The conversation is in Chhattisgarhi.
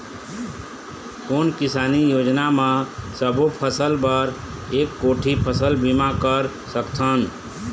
कोन किसानी योजना म सबों फ़सल बर एक कोठी फ़सल बीमा कर सकथन?